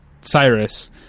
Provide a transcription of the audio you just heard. cyrus